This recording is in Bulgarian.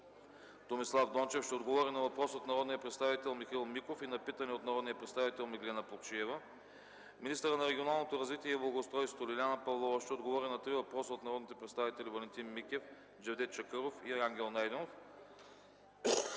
Томислав Дончев ще отговори на въпрос от народния представител Михаил Миков и на питане от народния представител Меглена Плугчиева; - министърът на регионалното развитие и благоустройството Лиляна Павлова ще отговори на три въпроса от народните представители Валентин Микев, Джевдет Чакъров и Ангел Найденов